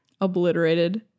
Obliterated